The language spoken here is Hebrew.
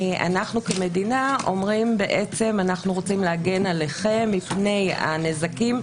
אנחנו כמדינה אומרים בעצם: אנחנו רוצים להגן עליכם מפני הנזקים,